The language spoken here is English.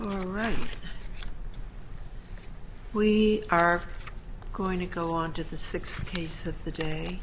right we are going to go on to the sixth case of the day